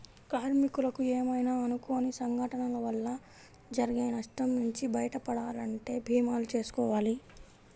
కార్మికులకు ఏమైనా అనుకోని సంఘటనల వల్ల జరిగే నష్టం నుంచి బయటపడాలంటే భీమాలు చేసుకోవాలి